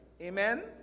Amen